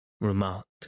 remarked